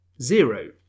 Zero